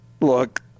Look